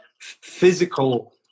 physical